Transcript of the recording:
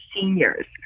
seniors